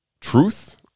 truth